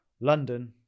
london